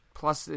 plus